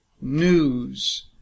news